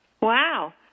Wow